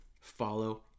follow